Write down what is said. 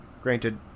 Granted